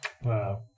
Wow